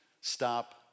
stop